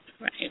Right